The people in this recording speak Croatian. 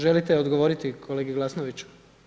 Želite odgovoriti kolegi Glasnoviću?